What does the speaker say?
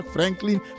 Franklin